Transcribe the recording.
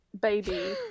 baby